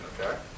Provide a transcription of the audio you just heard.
okay